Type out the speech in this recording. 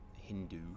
Hindu